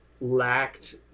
lacked